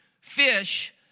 fish